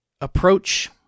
approach